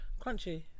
crunchy